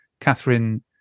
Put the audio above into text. Catherine